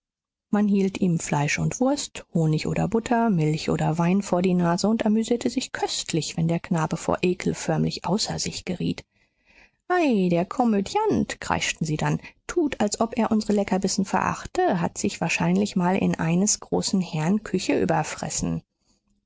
man hielt ihm fleisch und wurst honig oder butter milch oder wein vor die nase und amüsierte sich köstlich wenn der knabe vor ekel förmlich außer sich geriet ei der komödiant kreischten sie dann tut als ob er unsre leckerbissen verachte hat sich wahrscheinlich mal in eines großen herrn küche überfressen